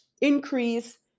increase